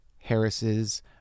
Harris's